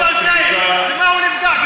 במה הוא נפגע?